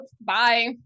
Bye